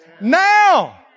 now